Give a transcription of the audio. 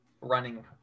running